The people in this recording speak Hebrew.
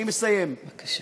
אני מסיים, בבקשה.